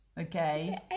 Okay